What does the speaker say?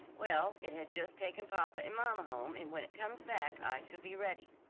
well, it has just taken papa and mamma home, and when it comes back, i shall be ready.